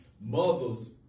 mothers